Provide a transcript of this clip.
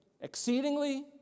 exceedingly